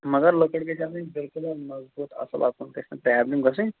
مگر لکٕر گژھِ آسٕنۍ بِلکُل مضبوٗط اَصٕل اَتھ گٔژھ نہٕ پرٛابلِم گژھٕنۍ